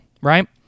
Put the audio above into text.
right